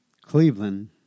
Cleveland